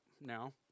now